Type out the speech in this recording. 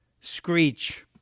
screech